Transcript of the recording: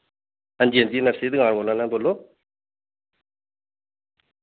हां जी हां जी नर्सरी दुकान बोल्ला ना बोल्लो